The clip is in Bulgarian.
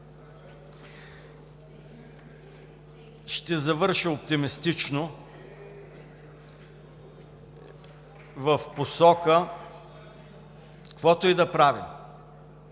Ще завърша оптимистично в посока – каквото и да правим,